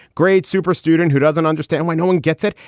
grade super student who doesn't understand why no one gets it.